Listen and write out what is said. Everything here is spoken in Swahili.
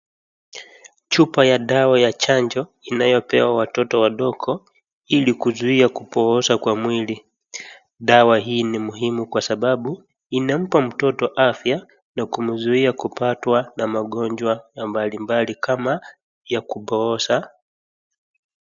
Chupa ya dawa ya chanjo inayopewa watoto wadogo ili kuzuia kupooza kwa mwili. Dawa hii ni muhimu kwa sababu inampa mtoto afya na kumzuia kupatwa na magonjwa mbalimbali kama ya kupooza.